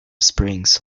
springs